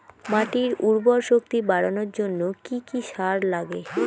মাটির উর্বর শক্তি বাড়ানোর জন্য কি কি সার লাগে?